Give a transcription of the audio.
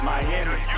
Miami